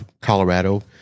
Colorado